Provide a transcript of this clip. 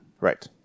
right